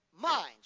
minds